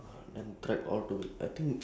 ya that time I was also sick like